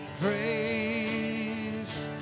praise